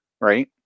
right